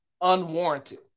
unwarranted